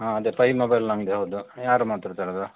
ಹಾಂ ಅದೇ ಪೈ ಮೊಬೈಲ್ ನಮ್ಮದೇ ಹೌದು ಯಾರು ಮಾತಾಡ್ತಾ ಇರೋದು